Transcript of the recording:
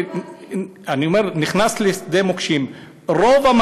שדה מוקשים, היו מקרים כאלה לא מעטים.